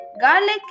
garlic